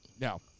No